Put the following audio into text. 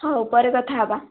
ହେଉ ପରେ କଥା ହେବା